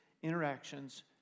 Interactions